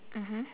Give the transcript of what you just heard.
mmhmm